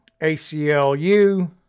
ACLU